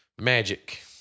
Magic